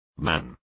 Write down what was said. Man